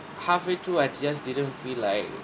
halfway through I just didn't feel like